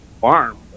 farm